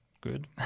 good